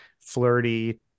flirty